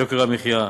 יוקר המחיה,